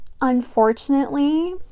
unfortunately